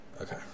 Okay